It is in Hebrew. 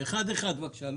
אחד-אחד, בבקשה.